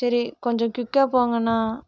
சரி கொஞ்சம் குய்க்காக போங்கண்ணா